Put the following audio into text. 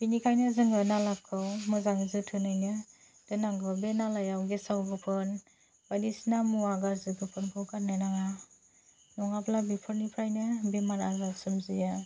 बिनिखायनो जोङो नालाखौ मोजाङै जोथोनैनो दोननांगौ बे नालायाव गेसाव गोफोन बायदिसिना मुवा गाज्रिफोरखौ गारनो नाङा नङाब्ला बेफोरनिफ्रायनो बेमार आजार सोमजियो